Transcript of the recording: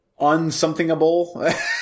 Unsomethingable